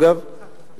אגב,